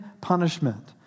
punishment